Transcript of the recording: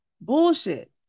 bullshit